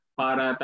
para